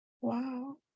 Wow